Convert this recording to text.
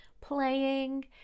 playing